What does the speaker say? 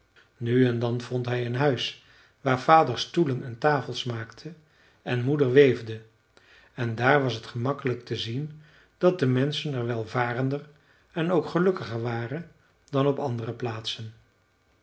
nu en dan vond hij een huis waar vader stoelen en tafels maakte en moeder weefde en daar was het gemakkelijk te zien dat de menschen er welvarender en ook gelukkiger waren dan op andere plaatsen